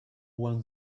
one